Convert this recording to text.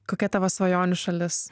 kokia tavo svajonių šalis